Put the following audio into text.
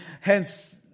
Hence